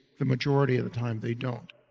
the majority of the time they don't.